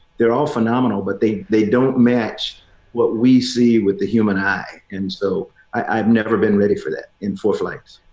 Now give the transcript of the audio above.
they're all phenomenal. but they they don't match what we see with the human eye. and so i i've never been ready for that in four flights.